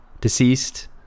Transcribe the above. deceased